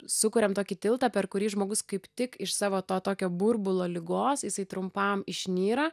sukuriam tokį tiltą per kurį žmogus kaip tik iš savo to tokio burbulo ligos jisai trumpam išnyra